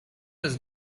was